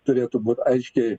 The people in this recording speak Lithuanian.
turėtų būt aiškiai